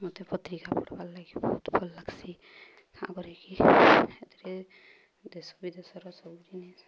ମୋତେ ପତ୍ରିକା ପଢ଼୍ବାର୍ ଲାଗି ବହୁତ ଭଲ୍ ଲାଗ୍ସି ତା କରିକି ଏଥିରେ ଦେଶ ବିଦେଶର ସବୁ ଜିନିଷ୍